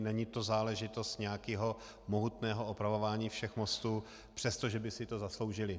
Není to záležitost nějakého mohutného opravování všech mostů, přestože by si to zasloužily.